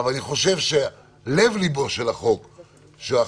אבל אני חושב שלב ליבו של החוק הנורבגי,